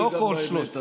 גם בהיבט הזה.